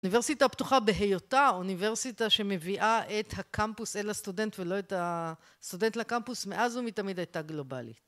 אוניברסיטה פתוחה בהיותה, אוניברסיטה שמביאה את הקמפוס אל הסטודנט ולא את הסטודנט לקמפוס מאז ומתמיד הייתה גלובלית.